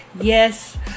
Yes